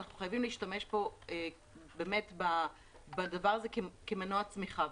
אנחנו חייבים להשתמש פה בדבר הזה כמנוע צמיחה.